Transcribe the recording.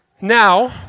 Now